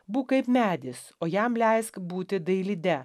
būk kaip medis o jam leisk būti dailide